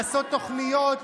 לעשות תוכניות,